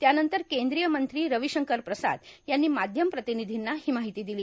त्यानंतर केंद्रीय मंत्री रवीशंकर प्रसाद यांनी माध्यम प्रतिनिधींना ही माहिती दिली